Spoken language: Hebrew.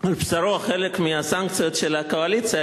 על בשרו חלק מהסנקציות של הקואליציה.